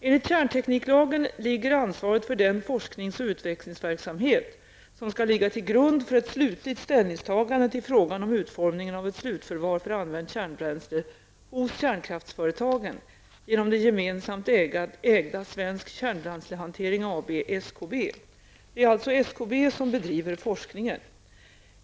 Enligt kärntekniklagen ligger ansvaret för den forsknings och utvecklingsverksamhet, som skall ligga till grund för ett slutligt ställningstagande till frågan om utformningen av ett slutförvar för använt kärnbränsle, hos kärnkraftföretagen, genom det gemensamt ägda Svensk Kärnbränslehantering AB . Det är alltså SKB som bedriver forskningen.